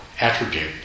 attribute